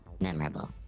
Memorable